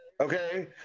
Okay